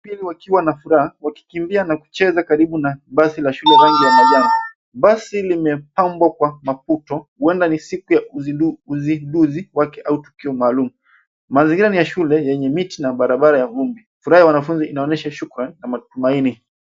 Wageni wakiwa na furaha wakikimbia na kucheza karibu na basi la shule rangi ya manjano. Basi limepambwa kwa mafuto huenda ni siku ya uzinduzi wake au tukio maalum. Mazingira ni ya shule yenye miti na barabara ya vumbi. Furaha ya wanafunzi inaonyesha shukran na matumaini.